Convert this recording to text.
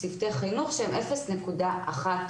שהם אפס נקודה אחת